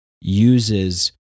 uses